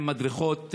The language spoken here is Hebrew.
עם מדרכות,